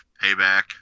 Payback